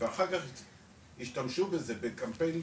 ואחר כך השתמשו בזה בקמפיין,